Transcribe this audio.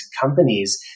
companies